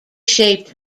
shaped